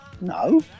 No